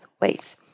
ways